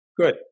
Good